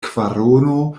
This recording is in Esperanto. kvarono